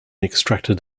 extracted